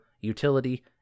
utility